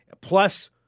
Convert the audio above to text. plus